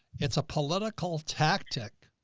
it's a political tactic